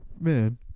man